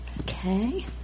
Okay